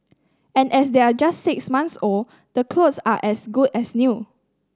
and as they're just six months old the clothes are as good as new